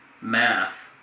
math